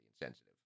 insensitive